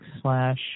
slash